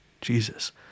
jesus